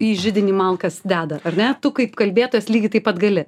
į židinį malkas deda ar ne tu kaip kalbėtojas lygiai taip pat gali